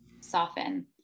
soften